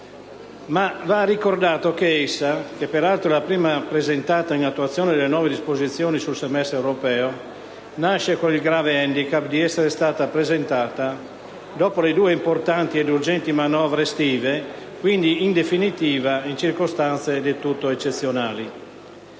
però, ricordato che essa, peraltro la prima presentata in attuazione delle nuove disposizioni sul semestre europeo, nasce col grave *handicap* di essere stata presentata dopo le due importanti e urgenti manovre estive e quindi, in definitiva, in circostanze del tutto eccezionali.